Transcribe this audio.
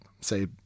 say